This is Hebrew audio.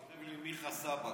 כותב לי מיכה סבג,